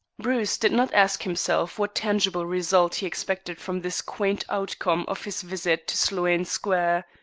bruce did not ask himself what tangible result he expected from this quaint outcome of his visit to sloane square.